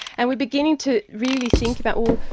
and we're beginning to really think about, well,